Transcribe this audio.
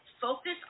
focus